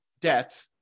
debt